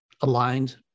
aligned